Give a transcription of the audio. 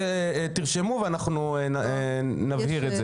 תרשמו ונבהיר את זה.